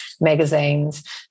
magazines